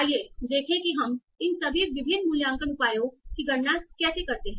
आइए देखें कि हम इन सभी विभिन्न मूल्यांकन उपायों की गणना कैसे करते हैं